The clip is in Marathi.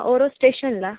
ओरोस स्टेशनला